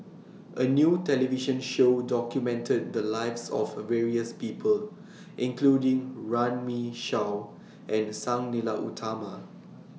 A New television Show documented The Lives of various People including Runme Shaw and Sang Nila Utama